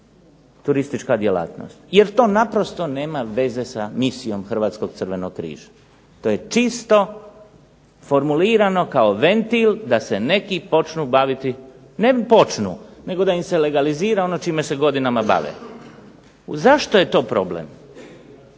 turistička djelatnost, jer to naprosto nema veze sa misijom Hrvatskog crvenog križa. To je čisto formulirano kao ventil da se neki počnu baviti, ne počnu, nego da im se legalizira ono čime se godinama bave. Zašto je to problem?